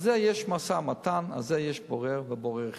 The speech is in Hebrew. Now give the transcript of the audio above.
על זה יש משא-ומתן, על זה יש בורר, ובורר החליט.